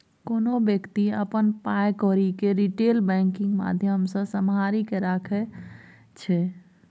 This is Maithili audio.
कोनो बेकती अपन पाइ कौरी केँ रिटेल बैंकिंग माध्यमसँ सम्हारि केँ राखै छै